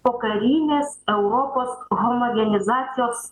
pokarinės europos homogenizacijos